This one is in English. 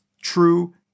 true